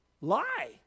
lie